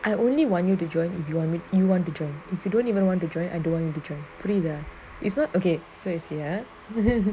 I only want you to join if you want me you want to join if you don't even want to join I don't want you to join please ah it's not okay so you see ah